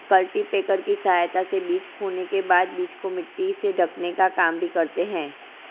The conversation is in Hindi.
कल्टीपैकर की सहायता से बीज बोने के बाद बीज को मिट्टी से ढकने का काम भी करते है